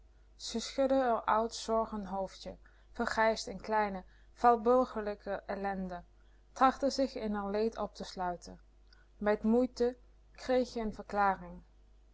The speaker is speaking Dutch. schudde r oud zorgen hoofdje vergrijsd in kleine vaal burgerlijke ellende trachtte zich in r leed op te sluiten met moeite kreeg je n verklaring